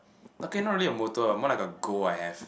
ok not really a motto lah more like a goal I have